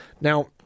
Now